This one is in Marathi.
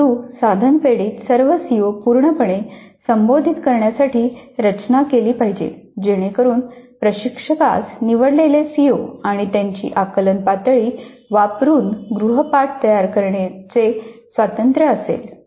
परंतु साधन पेढीत सर्व सीओ पूर्णपणे संबोधित करण्यासाठी रचना केली पाहिजे जेणेकरून प्रशिक्षकास निवडलेले सीओ आणि त्यांची आकलन पातळी वापरून गृहपाठ तयार करण्याचे स्वातंत्र्य असेल